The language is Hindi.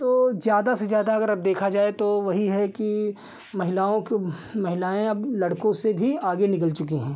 तो ज़्यादा से ज़्यादा अगर अब देखा जाए तो वही है कि महिलाओं को महिलाएँ अब लड़कों से भी आगे निकल चुकी हैं